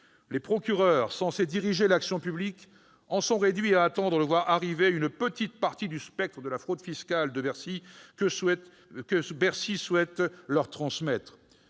Les procureurs, censés diriger l'action publique, en sont réduits à attendre de voir arriver une petite partie du spectre de la fraude fiscale que Bercy souhaite leur transmettre.